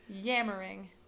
Yammering